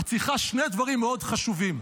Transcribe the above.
את צריכה שני דברים מאוד חשובים: